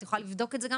את יכולה לבדוק את זה גם